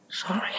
Sorry